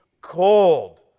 cold